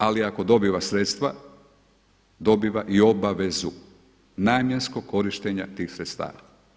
Ali ako dobiva sredstva, dobiva i obavezu namjenskog korištenja tih sredstava.